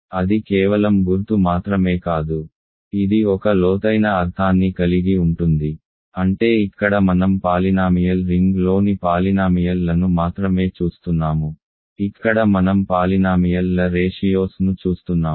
అది కేవలం గుర్తు మాత్రమే కాదు ఇది ఒక లోతైన అర్థాన్ని కలిగి ఉంటుంది అంటే ఇక్కడ మనం పాలినామియల్ రింగ్లోని పాలినామియల్ లను మాత్రమే చూస్తున్నాము ఇక్కడ మనం పాలినామియల్ ల రేషియోస్ ను చూస్తున్నాము